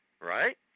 right